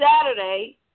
Saturday